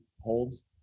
holds